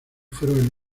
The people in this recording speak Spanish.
fueron